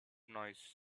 noise